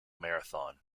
marathon